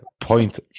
point